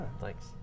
Thanks